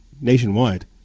nationwide